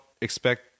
expect